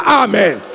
amen